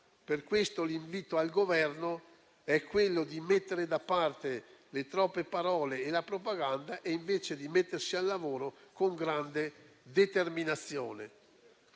Per questo l'invito al Governo è lasciare da parte le troppe parole e la propaganda e di mettersi al lavoro con grande determinazione.